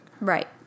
Right